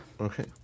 Okay